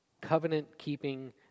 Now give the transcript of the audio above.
covenant-keeping